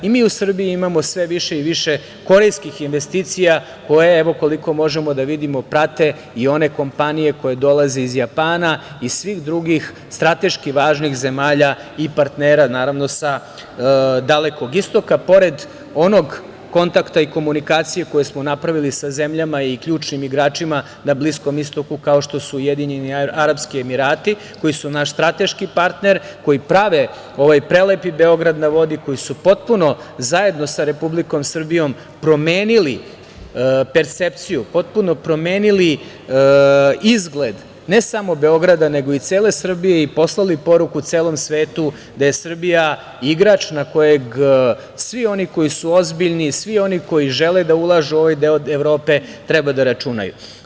Mi u Srbiji imamo sve više i više korejskih investicija, koje, evo, koliko možemo da vidimo, prate i one kompanije koje dolaze iz Japana i svih drugih strateški važnih zemalja i partnera sa Dalekog istoka, pored onog kontakta i komunikacije koje smo napravili sa zemljama i ključnim igračima na Bliskom istoku, kao što su Ujedinjeni Arapski Emirati, koji su naš strateški partner, koji prave ovaj prelepi „Beograd na vodi“, koji su potpuno zajedno sa Republikom Srbijom promenili percepciju, potpuno promenili izgled ne samo Beograda, nego i cele Srbije i poslali poruku celom svetu da je Srbija igrač na kojeg svi oni koji su ozbiljni i svi oni koji žele da ulažu u ovaj deo Evrope treba da računaju.